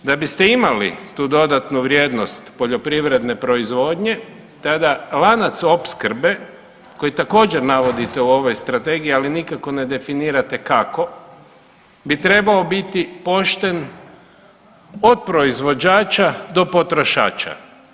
Da biste imali tu dodatnu vrijednost poljoprivredne proizvodnje tada lanac opskrbe koji također navodite u ovoj strategiji, ali nikako ne definirate kako, bi trebao biti pošten od proizvođača do potrošača.